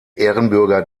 ehrenbürger